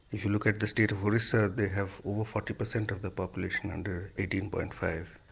if you look at the state of orissa, they have over forty percent of the population under eighteen. but and five.